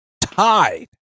tied